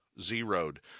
zeroed